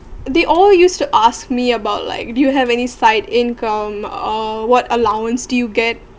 they all used to asked me about like do you have any side income or what allowance you get